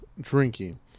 drinking